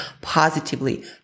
positively